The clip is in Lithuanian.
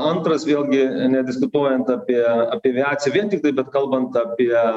antras vėlgi nediskutuojant apie apie aviaciją vien tiktai bet kalbant apie